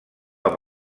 amb